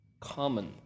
common